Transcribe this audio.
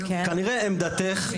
כנראה עמדתך,